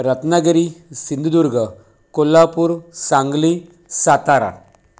Ratnagiri Sindhudurg Kolhapur Sangli Satara